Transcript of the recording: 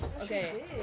Okay